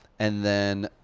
and then,